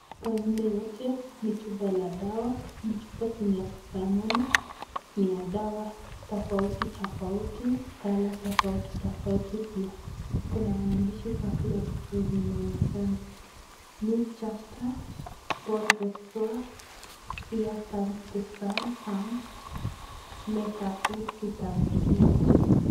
Hizi zote ni chupa la dawa, ziko zenye hazifanani ni ya dawa tofautofauti [sc] color [sc] tofautofauti pia, kuna maandishi kwa kila chupa yenye inaonekana, [sc] new chapter, bone restorer, here comes the sun, vitamin three D[sc].